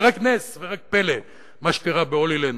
זה רק נס ורק פלא מה שקרה ב"הולילנד".